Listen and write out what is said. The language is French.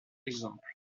exemple